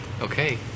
Okay